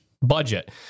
budget